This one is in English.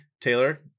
Taylor